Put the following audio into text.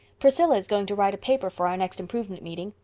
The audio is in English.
priscilla is going to write a paper for our next improvement meeting,